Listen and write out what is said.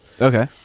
Okay